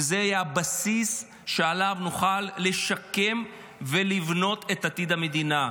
וזה יהיה הבסיס שעליו נוכל לשקם ולבנות את עתיד המדינה,